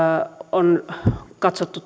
on katsottu